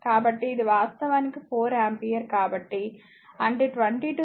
కాబట్టి ఇది వాస్తవానికి 4 ఆంపియర్ కాబట్టి అంటే 22 4